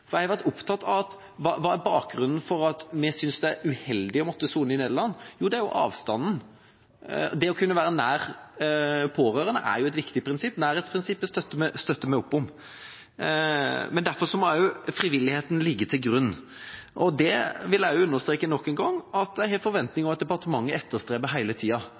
Hva er bakgrunnen er for at vi synes det er uheldig å måtte sone i Nederland? Jo, det er avstanden. Det å kunne være nær de pårørende er et viktig prinsipp; nærhetsprinsippet støtter vi opp om. Derfor må frivilligheten ligge til grunn. Jeg vil understreke nok en gang at jeg har forventning om at departementet etterstreber det hele tida